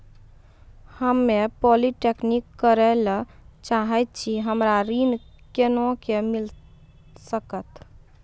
हम्मे पॉलीटेक्निक करे ला चाहे छी हमरा ऋण कोना के मिल सकत?